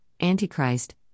Antichrist